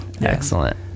Excellent